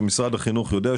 משרד החינוך יודע,